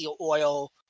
oil